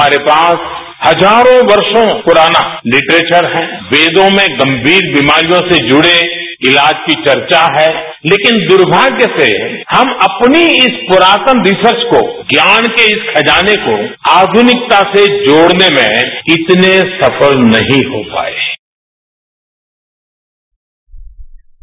हमारे पास हजारों वर्षों पुराना लिटरेचर है वेदों में गंभीर बीमारियों से जुड़े इलाज की वर्चा है लेकिन दुर्भाग्य से हम अपनी इस पुरातन रिसर्च को ज्ञान के इस खजाने को आधुनिकता से जोड़ने में इतने सफल नहीं हो पाए है